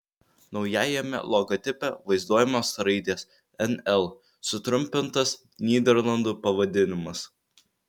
naujajame logotipe vaizduojamos raidės nl sutrumpintas nyderlandų pavadinimas